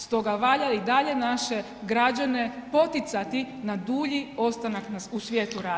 Stoga valja i dalje naše građane poticati na dulji ostanak u svijetu rada.